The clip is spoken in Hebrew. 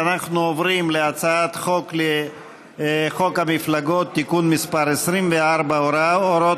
אנחנו עוברים להצעת חוק המפלגות (תיקון מס' 24) (הוראות